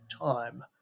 time